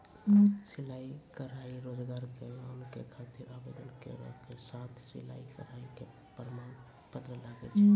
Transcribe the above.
सिलाई कढ़ाई रोजगार के लोन के खातिर आवेदन केरो साथ सिलाई कढ़ाई के प्रमाण पत्र लागै छै?